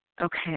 okay